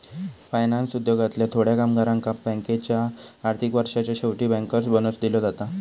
finance उद्योगातल्या थोड्या कामगारांका बँकेच्या आर्थिक वर्षाच्या शेवटी बँकर्स बोनस दिलो जाता